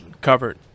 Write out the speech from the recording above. covered